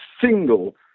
single